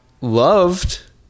loved